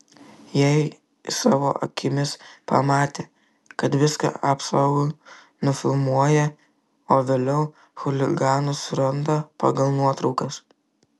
jie savo akimis pamatė kad viską apsauga nufilmuoja o vėliau chuliganus suranda pagal nuotraukas